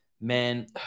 man